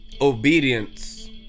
obedience